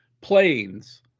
planes